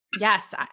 Yes